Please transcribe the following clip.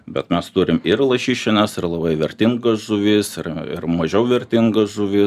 bet mes turim ir lašišines ir labai vertingas žuvis ir ir mažiau vertingas žuvis